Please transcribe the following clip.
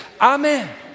Amen